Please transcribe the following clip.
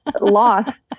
lost